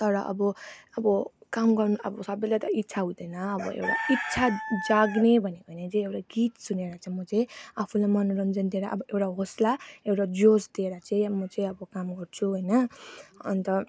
तर अब अब काम गर्नु अब सबैलाई त इच्छा हुँदैन अब एउटा इच्छा जाग्ने भनेको नै चाहिँ एउटा गीत सुनेर चाहिँ म चाहिँ आफूलाई मनोरञ्जन दिएर अब एउटा हौसला एउटा जोस दिएर चाहिँ अब म चाहिँ अब काम गर्छु होइन अन्त